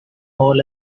all